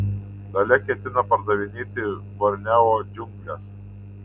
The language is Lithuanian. dalia ketina pardavinėti borneo džiungles